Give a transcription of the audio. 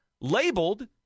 labeled